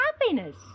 happiness